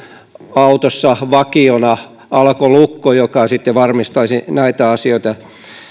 autossa vakiona alkolukko joka sitten varmistaisi näitä asioita